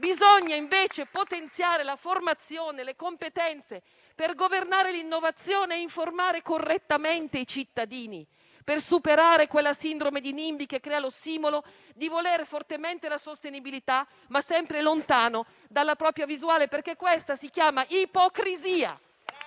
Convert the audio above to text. Bisogna invece potenziare la formazione e le competenze per governare l'innovazione e informare correttamente i cittadini per superare quella sindrome di NIMBY che crea lo stimolo a volere fortemente la sostenibilità, ma sempre lontano dalla propria visuale, perché questa si chiama ipocrisia.